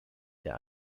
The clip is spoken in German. der